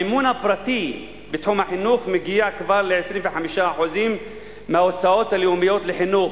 המימון הפרטי בתחום החינוך מגיע כבר ל-25% מההוצאות הלאומיות לחינוך,